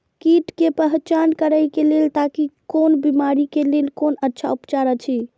कीट के पहचान करे के लेल ताकि कोन बिमारी के लेल कोन अच्छा उपचार अछि?